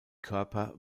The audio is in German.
körper